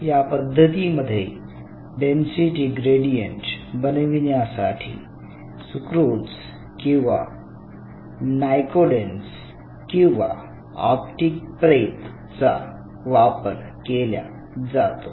या पद्धतीमध्ये density gradient बनविण्यासाठी सुक्रोज किंवा नायकोडेन्झ किंवा ऑप्टिक प्रेप चा वापर केल्या जातो